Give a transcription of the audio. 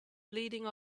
bleeding